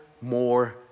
more